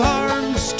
arms